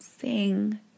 Sing